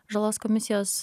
žalos komisijos